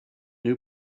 new